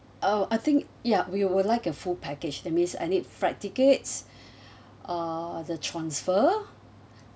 oh I think ya we will like a full package that means I need flight tickets uh the transfer